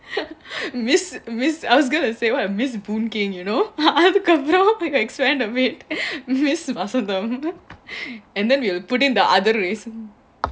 miss miss I was going to say [what] miss boon keng you know அதுக்குஅப்பறம்: adhu appuram a bit and then we put you in other ways